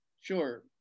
Sure